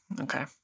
Okay